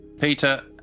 Peter